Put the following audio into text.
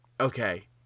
okay